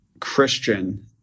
Christian